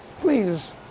Please